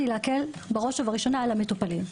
היא להקל בראש ובראשונה על המטופלים.